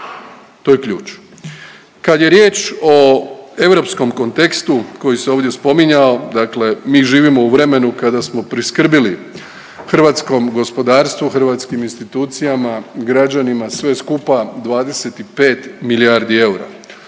To je ključ. Kad je riječ o europskom kontekstu koji se ovdje spominjao, dakle mi živimo u vremenu kada smo priskrbili hrvatskom gospodarstvu, hrvatskim institucijama, građanima, sve skupa 25 milijardi eura